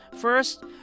First